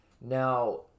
Now